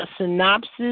synopsis